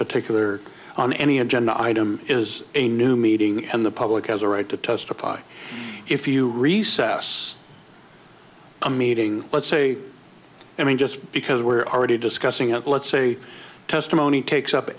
particular on any agenda item is a new meeting and the public has a right to testify if you recess a meeting let's say i mean just because we're already discussing it let's say testimony takes up